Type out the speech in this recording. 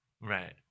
Right